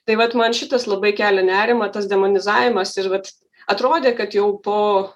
tai vat man šitas labai kelia nerimą tas demonizavimas ir vat atrodė kad jau po